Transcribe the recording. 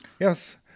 Yes